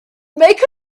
make